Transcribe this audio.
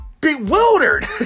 bewildered